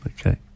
okay